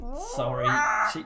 Sorry